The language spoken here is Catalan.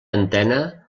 antena